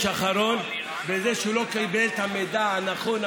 האחרון בזה שהוא לא קיבל את המידע הנכון,